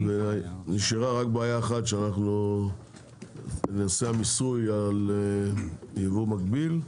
נשארה רק בעיה אחת בנושא המיסוי על יבוא מקביל,